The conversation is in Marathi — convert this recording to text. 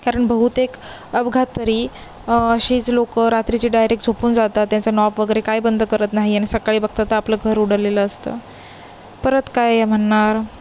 कारण बहुतेक अपघात तरी अशीच लोक रात्रीची डायरेक्ट झोपून जातात त्यांचा नॉप वगैरे काय बंद करत नाही आणि सकाळी बघतात तर आपलं घर उडलेलं असतं परत काय म्हणणार